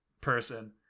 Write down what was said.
person